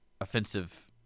offensive